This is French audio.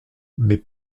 mais